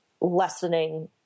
lessening